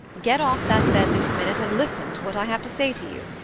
get off that bed this minute and listen to what i have to say to you.